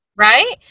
Right